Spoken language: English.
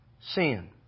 Sin